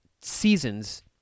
seasons